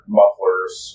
mufflers